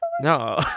No